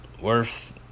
worth